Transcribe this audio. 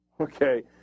Okay